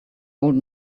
old